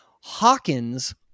Hawkins